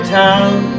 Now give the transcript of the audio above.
town